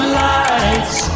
lights